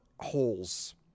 holes